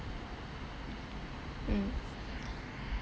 mm